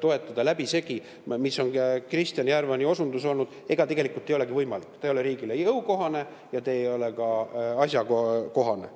läbisegi toetada, nagu ongi Kristjan Järvani osundus olnud, tegelikult ei olegi võimalik. See ei ole riigile jõukohane ja see ei ole ka asjakohane.